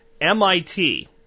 MIT